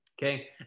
okay